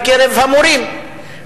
בקרב המורים,